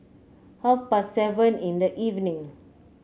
half past seven in the evening